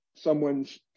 someone's